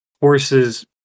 horses